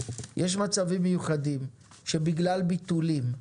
יש מצבים מיוחדים שבגלל ביטולים,